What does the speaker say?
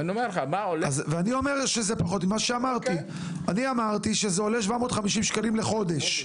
אני אמרתי שזה עולה 750 שקלים לחודש.